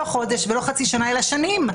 לא חודש ולא חצי שנה אלא שנים,